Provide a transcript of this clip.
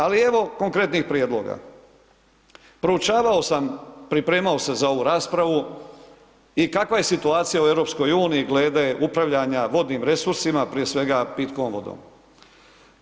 Ali evo konkretnih prijedloga, proučavao sam, pripremao se za ovu raspravu i kakva je situacija u EU glede upravljanja vodnim resursima, prije svega, pitkom vodom, vidite?